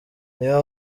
niyo